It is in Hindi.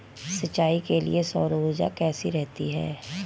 सिंचाई के लिए सौर ऊर्जा कैसी रहती है?